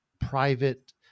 private